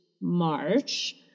March